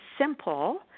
simple